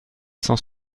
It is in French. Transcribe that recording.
cent